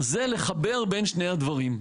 זה לחבר בין שני הדברים.